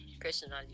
personally